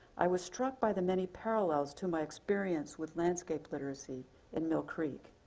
i was struck by the many parallels to my experience with landscape literacy in mill creek.